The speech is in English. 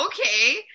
okay